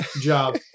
job